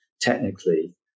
technically